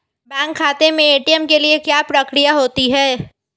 Bank खाते में ATM के लिए क्या प्रक्रिया होती है?